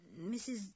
Mrs